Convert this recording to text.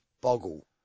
boggle